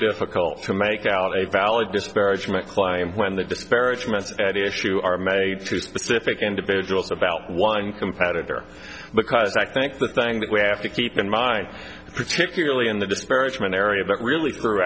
difficult to make out a valid disparagement claim when the disparagements at issue are made to specific individuals about one competitor because i think the thing that we have to keep in mind particularly in the disparagement area but really